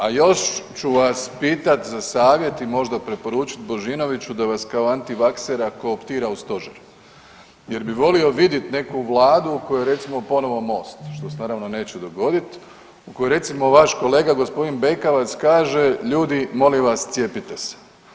A još ću vas pitati za savjet i možda preporučiti Božinoviću da vas kao antivaksera kotira u Stožer, jer bih volio vidjeti neku Vladu u kojoj je recimo ponovno MOST što se naravno neće dogoditi, u kojoj recimo vaš kolega gospodin Bekavac kaže ljudi molim vas cijepite se.